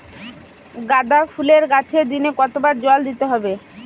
গাদা ফুলের গাছে দিনে কতবার জল দিতে হবে?